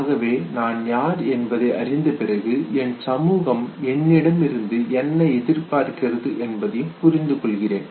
ஆகவே நான் யார் என்பதை அறிந்த பிறகு என் சமூகம் என்னிடமிருந்து என்ன எதிர்பார்க்கிறது என்பதையும் புரிந்துகொள்கிறேன்